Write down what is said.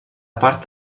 part